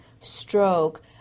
stroke